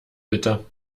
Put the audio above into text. bitte